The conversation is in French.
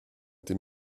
été